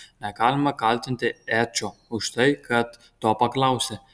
negalima kaltinti edžio už tai kad to paklausė